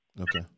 Okay